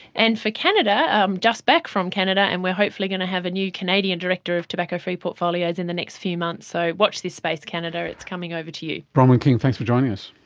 and for canada, i'm just back from canada, and we are hopefully going to have a new canadian director of tobacco-free portfolios in the next few months. so watch this space canada, it's coming over to you. bronwyn king, thanks for joining us.